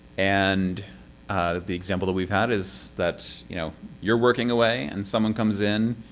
and the example that we've had is that you know you're working away, and someone comes in,